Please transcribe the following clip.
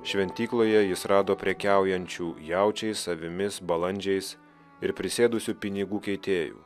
šventykloje jis rado prekiaujančių jaučiais avimis balandžiais ir prisėdusių pinigų keitėjų